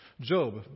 Job